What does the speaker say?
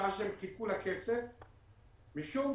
בשעה